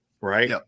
right